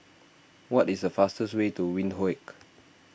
what is the fastest way to Windhoek